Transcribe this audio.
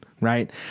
right